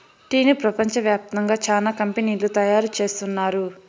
టీను ప్రపంచ వ్యాప్తంగా చానా కంపెనీలు తయారు చేస్తున్నాయి